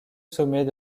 sommet